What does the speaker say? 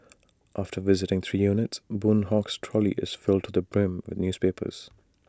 after visiting three units boon Hock's trolley is filled to the brim with newspapers